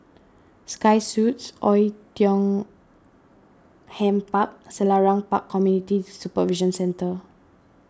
Sky Suites Oei Tiong Ham Park Selarang Park Community Supervision Centre